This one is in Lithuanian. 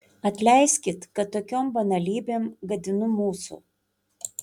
atleiskit kad tokiom banalybėm gadinu mūsų